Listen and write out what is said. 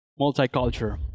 multicultural